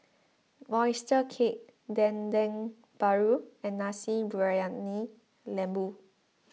Oyster Cake Dendeng Paru and Nasi Briyani Lembu